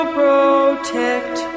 protect